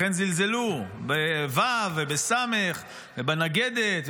לכן זלזלו בו' ובס' ובנגדת,